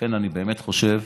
לכן אני באמת חושב